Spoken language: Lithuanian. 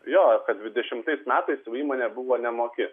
jo kad dvidešimtais metais jau įmonė buvo nemoki